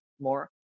more